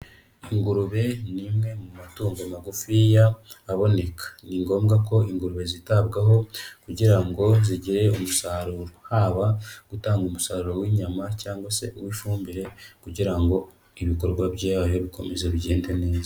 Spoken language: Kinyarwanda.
Ingurube ni imwe mu matungo magufiya aboneka. Ni ngombwa ko ingurube zitabwaho kugira ngo zigire umusaruro, haba gutanga umusaruro w'inyama cyangwa se uw'ifumbire kugira ngo ibikorwa byayo bikomeze bigende neza.